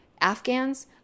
Afghans